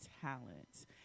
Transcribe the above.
talents